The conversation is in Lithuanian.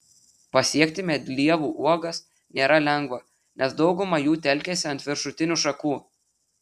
pasiekti medlievų uogas nėra lengva nes dauguma jų telkiasi ant viršutinių šakų